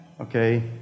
okay